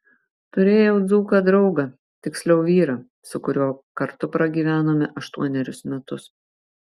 turėjau dzūką draugą tiksliau vyrą su kuriuo kartu pragyvenome aštuonerius metus